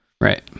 Right